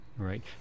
Right